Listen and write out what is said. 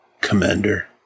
Commander